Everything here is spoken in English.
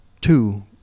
two